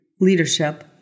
leadership